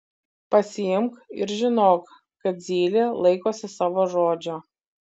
pasiimk ir žinok kad zylė laikosi savo žodžio